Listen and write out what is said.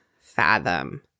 fathom